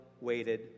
waited